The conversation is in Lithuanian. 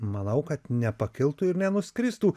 manau kad nepakiltų ir nenuskristų